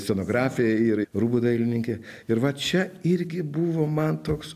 scenografė ir rūbų dailininkė ir va čia irgi buvo man toks